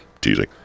Teasing